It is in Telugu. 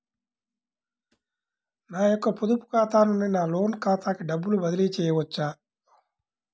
నా యొక్క పొదుపు ఖాతా నుండి నా లోన్ ఖాతాకి డబ్బులు బదిలీ చేయవచ్చా?